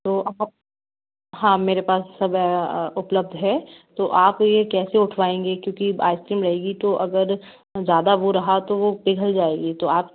तो आप हाँ मेरे पास सब है उपलब्ध है तो आप ये कैसे उठवाएँगे क्योंकि आइसक्रीम रहेगी तो अगर ज़्यादा वो रहा तो वो पिघल जाएगी तो आप